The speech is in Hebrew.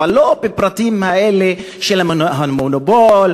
אבל לא בפרטים האלה של המונופול,